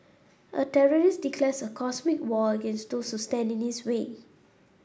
a terrorist declares a cosmic war against those who stand in his way